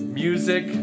music